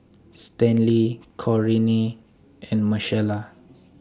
Stanley Corinne and Marcela